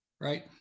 right